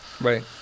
Right